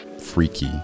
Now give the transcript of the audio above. freaky